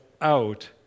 out